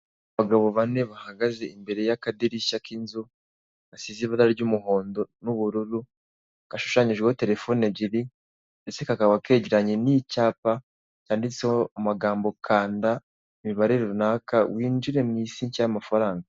Abagabo bane bahagaze imbere y'akadirishya k'inzu gasize ibara ry'umuhondo n'ubururu, gashushanyijweho telefone ebyiri, ndetse kakaba kegeranye n'icyapa, cyanditseho amagambo kanda imibare runaka winjire mu isi nshya y'mafaranga.